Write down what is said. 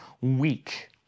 weak